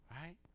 right